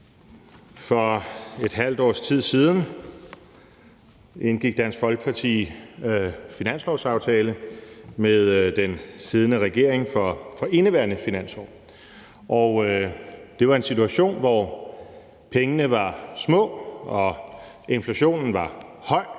For et halvt års tid siden indgik Dansk Folkeparti finanslovsaftale med den siddende regering for indeværende finansår. Det var en situation, hvor pengene var små, inflationen var høj